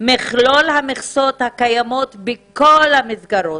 מכלול המכסות הקיימות בכל המסגרות,